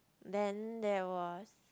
then there was